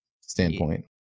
standpoint